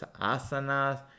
asanas